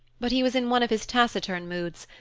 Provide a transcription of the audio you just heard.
but he was in one of his taciturn moods,